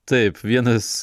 taip vienas